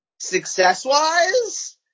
Success-wise